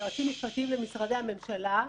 יועצים משפטיים למשרדי הממשלה,